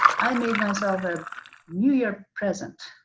i made myself a new year present.